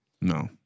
No